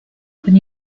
con